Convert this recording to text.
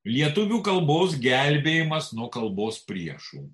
lietuvių kalbos gelbėjimas nuo kalbos priešų